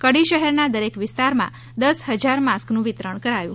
કડી શહેરનાં દરેક વિસ્તારમાં દસ હજાર માસ્કનું વિતરણ કરાયું